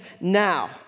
now